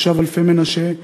תושב אלפי-מנשה,